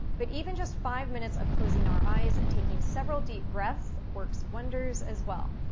but even just five minutes of closing our eyes and taking several deep breaths works wonders, as well.